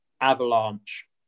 avalanche